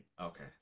Okay